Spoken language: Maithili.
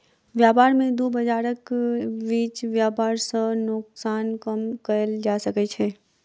व्यापार में दू बजारक बीच व्यापार सॅ नोकसान कम कएल जा सकै छै